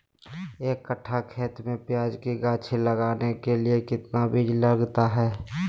एक कट्ठा खेत में प्याज के गाछी लगाना के लिए कितना बिज लगतय?